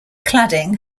cladding